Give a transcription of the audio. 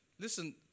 Listen